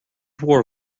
mhór